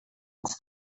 ins